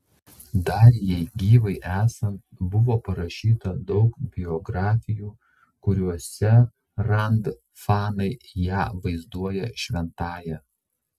dar jai gyvai esant buvo parašyta daug biografijų kuriose rand fanai ją vaizduoja šventąja